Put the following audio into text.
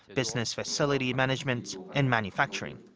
business facilities management, and manufacturing.